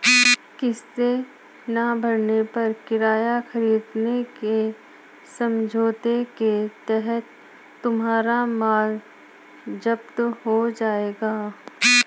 किस्तें ना भरने पर किराया खरीद के समझौते के तहत तुम्हारा माल जप्त हो जाएगा